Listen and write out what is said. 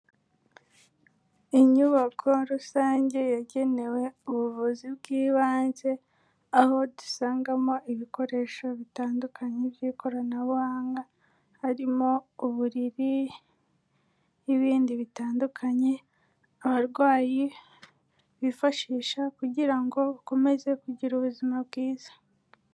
Inyubako rusange yagenewe ubuvuzi bw'ibanze, aho dusangamo ibikoresho bitandukanye by'ikoranabuhanga, harimo uburiri n'ibindi bitandukanye, abarwayi bifashisha kugira ngo bakomeze kugira ubuzima bwiza.